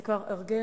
זה כבר הרגל,